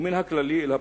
ומן הכללי לפרטי: